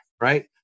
right